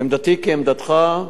עמדתי כעמדתך,